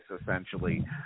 essentially